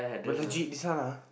but legit this one ah